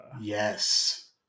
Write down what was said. Yes